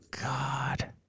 god